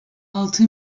altı